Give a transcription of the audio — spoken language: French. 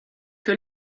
que